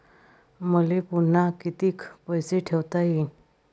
मले पुन्हा कितीक पैसे ठेवता येईन?